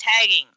tagging